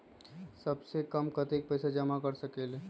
सबसे कम कतेक पैसा जमा कर सकेल?